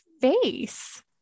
face